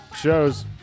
shows